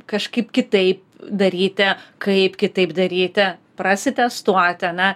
kažkaip kitaip daryti kaip kitaip daryti prasitestuoti ane